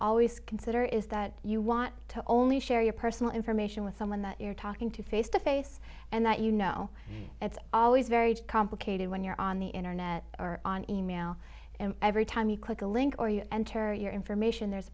always consider is that you want to only share your personal information with someone that you're talking to face to face and that you know it's always very complicated when you're on the internet or on e mail and every time you click the link or you enter your information there's a